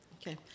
Okay